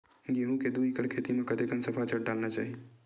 गेहूं के दू एकड़ खेती म कतेकन सफाचट डालना चाहि?